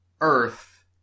Earth